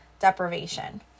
deprivation